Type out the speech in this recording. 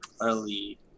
early